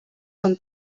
són